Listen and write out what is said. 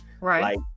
Right